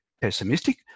pessimistic